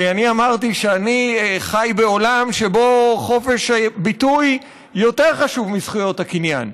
כי אני אמרתי שאני חי בעולם שבו חופש הביטוי יותר חשוב מזכויות הקניין.